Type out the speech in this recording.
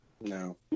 No